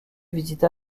visita